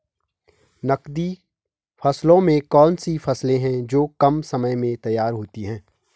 नकदी फसलों में कौन सी फसलें है जो कम समय में तैयार होती हैं?